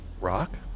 Rock